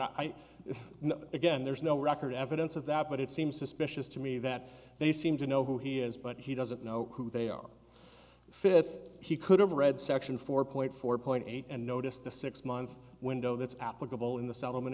i again there's no record evidence of that but it seems suspicious to me that they seem to know who he is but he doesn't know who they are fifth he could have read section four point four point eight and notice the six month window that's applicable in the settlement